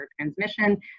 transmission